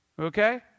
Okay